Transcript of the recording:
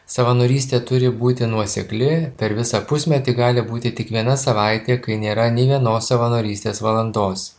savanorystė turi būti nuosekli per visą pusmetį gali būti tik viena savaitė kai nėra nė vienos savanorystės valandos